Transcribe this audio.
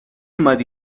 اومدی